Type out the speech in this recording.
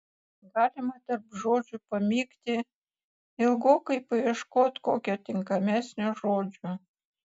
galima tarp žodžių pamykti ilgokai paieškot kokio tinkamesnio žodžio